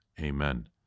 Amen